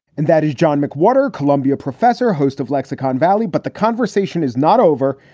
and that is john mcwhorter, columbia professor, host of lexicon valley. but the conversation is not over.